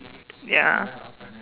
ya